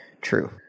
True